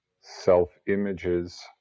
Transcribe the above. self-images